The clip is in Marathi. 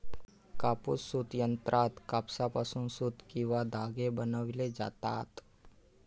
कापूस सूत यंत्रात कापसापासून सूत किंवा धागे बनविले जातात